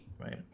right